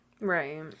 Right